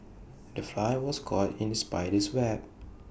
the fly was caught in the spider's web